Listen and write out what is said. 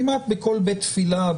כמעט בכל בית תפילה,